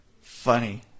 funny